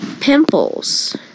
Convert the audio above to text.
pimples